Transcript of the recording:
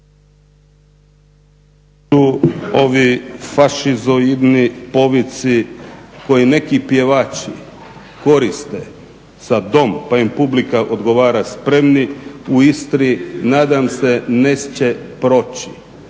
ovi fašisoidni povici koji neki pjevači koriste za dom pa im publika odgovara spremni u Istri nadam se neće proći.